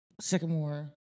Sycamore